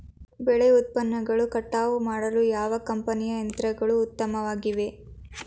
ಬೆಳೆ ಉತ್ಪನ್ನಗಳನ್ನು ಕಟಾವು ಮಾಡಲು ಯಾವ ಕಂಪನಿಯ ಯಂತ್ರಗಳು ಉತ್ತಮವಾಗಿವೆ?